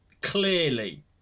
Clearly